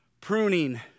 pruning